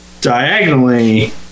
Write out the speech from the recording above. diagonally